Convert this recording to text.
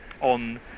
on